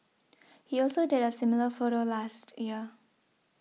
he also did a similar photo last year